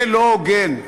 זה לא הוגן.